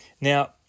Now